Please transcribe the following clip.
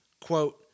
Quote